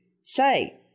say